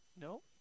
no